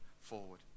forward